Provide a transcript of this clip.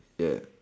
ya